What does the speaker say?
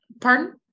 pardon